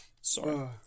sorry